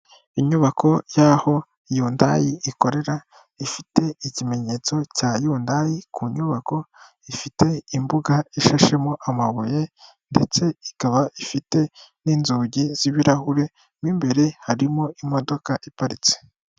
Inyubako y'aho iyo Hyundai ikorera, ifite ikimenyetso cya Hyundai ku nyubako, ifite imbuga ishashemo amabuye ndetse ikaba ifite n'inzugi z'ibirahure, mu imbere harimo imodoka iparitse.